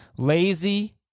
lazy